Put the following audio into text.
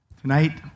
Tonight